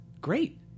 great